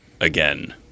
again